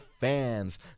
fans